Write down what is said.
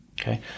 Okay